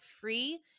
free